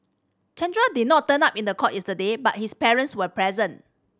Chandra did not turn up in court yesterday but his parents were present